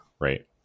right